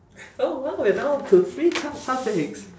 oh well we're now to free talk topics